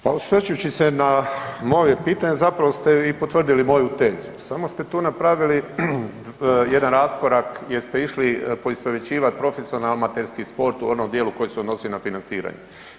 Pa osvrćući se na moje pitanje, zapravo ste i potvrdili moju tezu, samo ste tu napravili jedan raskorak jer ste išli poistovjećivati profesionalni i amaterski sport u onom dijelu koji se odnosi na financiranje.